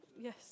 Yes